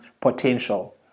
potential